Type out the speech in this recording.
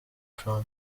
trump